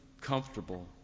comfortable